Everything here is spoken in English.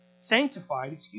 sanctified